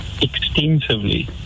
extensively